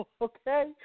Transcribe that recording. Okay